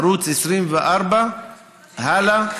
ערוץ 24, הלא,